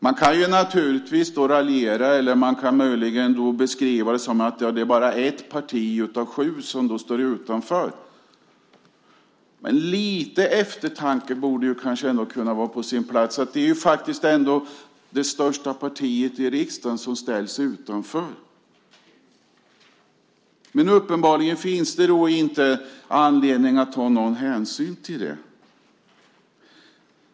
Man kan naturligtvis raljera över detta eller möjligen beskriva det så att endast ett parti av sju står utanför, men lite eftertanke borde kunna vara på sin plats. Det är trots allt det största partiet i riksdagen som ställs utanför. Uppenbarligen finns det dock inte någon anledning att ta hänsyn till det.